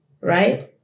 Right